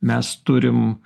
mes turim